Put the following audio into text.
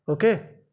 okay